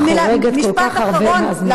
את חורגת כל כך הרבה מהזמן.